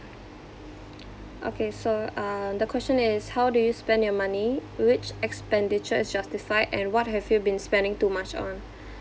okay so uh the question is how do you spend your money which expenditure is justified and what have you been spending too much on